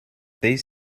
these